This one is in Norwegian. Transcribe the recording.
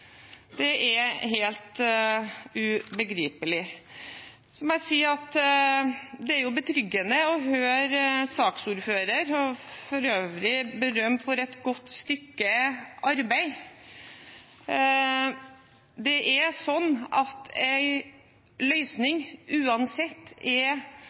Det er helt ubegripelig. Så må jeg si at det er betryggende å høre saksordføreren, som for øvrig skal ha berøm for et godt stykke arbeid. Det er sånn at en løsning uansett er